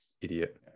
idiot